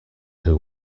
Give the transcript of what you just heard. who